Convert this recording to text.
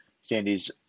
Sandy's